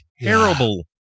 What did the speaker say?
terrible